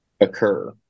occur